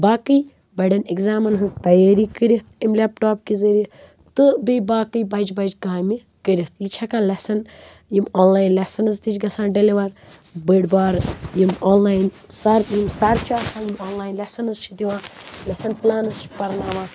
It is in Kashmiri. باقٕے بَڑٮ۪ن ایٚکزامن ہٕنٛز تیٲری کٔرِتھ امہِ لیٚپٹاپ کہِ ذٔریعہٕ تہٕ بیٚیہِ باقٕے بَجہِ بجہِ کامہِ کٔرِتھ یہِ چھِ ہٮ۪کان لیٚسن یِم آن لایَن لیٚسنٕز تہِ چھِ گَژھان ڈیٚلِور بٔڑ بار یِم آن لایَن سر یِم سر چھِ آسان یِم آن لایَن لیٚسنٕز چھِ دِوان لیٚسن پٕلانٕز چھِ پَرناوان